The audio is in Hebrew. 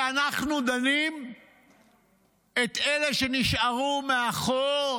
שאנחנו דנים את אלה שנשארו מאחור